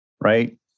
right